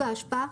האשפה,